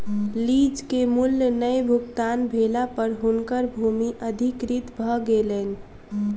lease के मूल्य नै भुगतान भेला पर हुनकर भूमि अधिकृत भ गेलैन